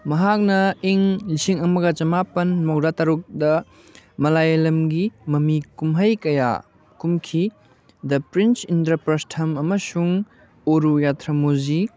ꯃꯍꯥꯛꯅ ꯏꯪ ꯂꯤꯁꯤꯡ ꯑꯃꯒ ꯆꯃꯥꯄꯟ ꯃꯔꯤꯐꯨ ꯇꯔꯥ ꯇꯔꯨꯛꯇ ꯃꯂꯥꯌꯥꯂꯝ ꯃꯃꯤ ꯀꯨꯝꯍꯩ ꯀꯌꯥ ꯀꯨꯝꯈꯤ ꯗ ꯄ꯭ꯔꯤꯟꯁ ꯏꯟꯗ꯭ꯔꯄꯔꯊꯝ ꯑꯃꯁꯨꯡ ꯎꯔꯨꯌꯥꯊ꯭ꯔꯥꯃꯨꯖꯤ